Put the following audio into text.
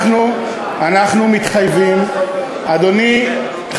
אפשר לעשות עם מיקי לוי, גם עכשיו.